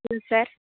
சொல்லுங்கள் சார்